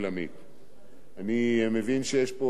אני מבין שיש פה הסתייגויות דיבור.